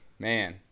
man